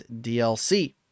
DLC